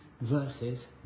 versus